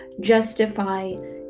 justify